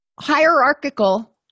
Hierarchical